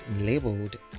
labeled